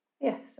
Yes